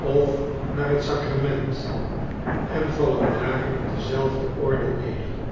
of naar het sacrament en vallen daar in dezelfde orde neder